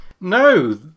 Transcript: No